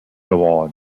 award